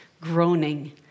groaning